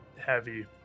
Heavy